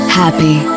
happy